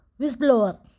whistleblower